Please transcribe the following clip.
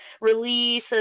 release